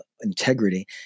integrity